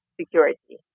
security